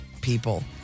people